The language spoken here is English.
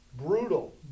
Brutal